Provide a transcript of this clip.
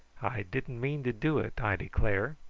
i didn't mean to do it, i declare.